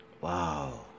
Wow